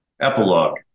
Epilogue